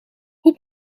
hoe